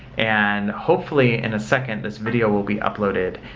and hopefully, in a second, this video will be uploaded,